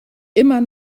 immer